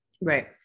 Right